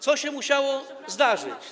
Co się musiało zdarzyć?